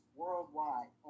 worldwide